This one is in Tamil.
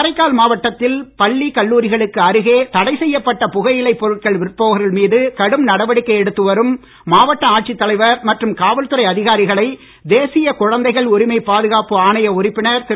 காரைக்கால் மாவட்டத்தில் பள்ளி கல்லூரிகளுக்கு அருகே தடை செய்யப்பட்ட புகையிலை பொருட்கள் விற்பவர்கள் மீது கடும் நடவடிக்கை எடுத்து வரும் மாவட்ட ஆட்சித்தலைவர் மற்றும் காவல்துறை அதிகாரிகளை தேசிய குழந்தைகள் உரிமை பாதுகாப்பு ஆணைய உறுப்பினர் திரு